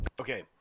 Okay